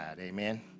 Amen